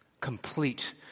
Complete